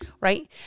right